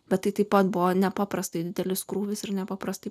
bet tai taip pat buvo nepaprastai didelis krūvis ir nepaprastai